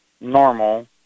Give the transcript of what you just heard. normal